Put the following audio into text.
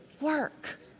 work